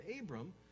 Abram